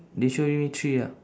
they show only three ah